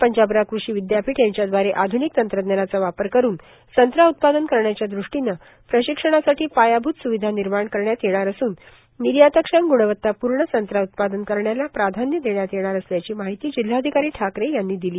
पंजाबराव कृषी विद्यापीठ यांच्या दवारे आध्निक तंत्रज्ञानाचा वापर करून संत्रा उत्पादन करण्याच्या दृष्टीनं प्रशिक्षणासाठी पायाभूत स्विधा निर्माण करण्यात येणार असून निर्यातक्षम ग्णवतापूर्ण संत्रा उत्पादन करण्याला प्राधान्य देण्यात येणार असल्याची माहिती जिल्हाधिकारी ठाकरे यांनी दिली